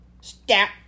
Stop